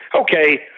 Okay